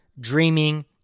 dreaming